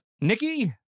Nikki